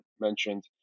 mentioned